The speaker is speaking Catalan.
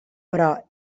però